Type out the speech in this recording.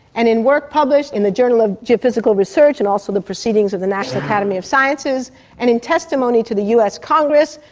and in work published in the journal of geophysical research and also the proceedings of the national academy of sciences and in testimony to the us congress,